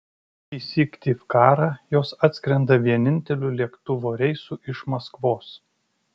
į syktyvkarą jos atskrenda vieninteliu lėktuvo reisu iš maskvos